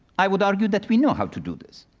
i would argue that we know how to do this.